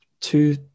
two